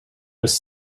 was